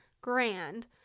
grand